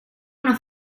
una